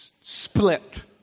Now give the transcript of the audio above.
split